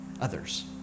others